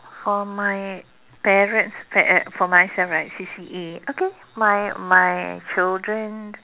for my parents eh uh for myself right C_C_A okay my my children